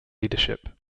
leadership